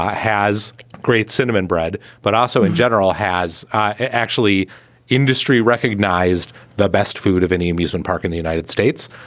has great cinnamon bread, but also in general has actually industry recognized the best food of any amusement park in the united states.